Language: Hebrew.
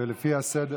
ולפי הסדר,